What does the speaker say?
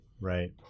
Right